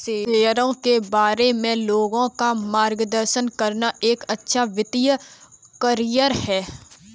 शेयरों के बारे में लोगों का मार्गदर्शन करना एक अच्छा वित्तीय करियर है